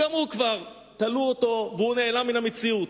גם הוא, כבר תלו אותו והוא נעלם מן המציאות.